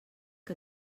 que